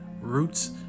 roots